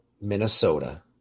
Minnesota